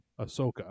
ahsoka